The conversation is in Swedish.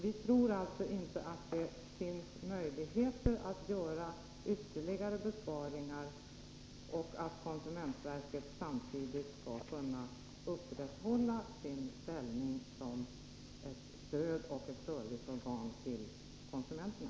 Vi tror alltså inte att det finns möjligheter att göra ytterligare besparingar, om konsumentverket samtidigt skall upprätthålla sin ställning som ett stöd och ett serviceorgan för konsumenterna.